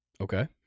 Okay